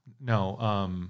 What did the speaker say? No